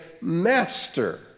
master